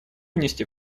внести